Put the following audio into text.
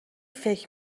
فکر